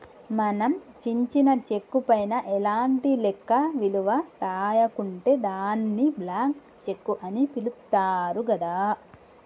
మనం చించిన చెక్కు పైన ఎలాంటి లెక్క విలువ రాయకుంటే దాన్ని బ్లాంక్ చెక్కు అని పిలుత్తారు గదా